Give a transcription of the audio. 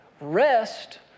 Rest